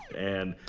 and,